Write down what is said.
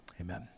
Amen